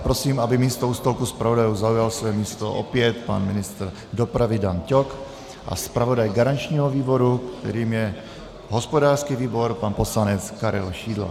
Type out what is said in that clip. Prosím, aby místo u stolku zpravodajů zaujal své místo opět pan ministr dopravy Dan Ťok a zpravodaj garančního výboru, kterým je hospodářský výbor, pan poslanec Karel Šidlo.